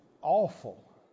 awful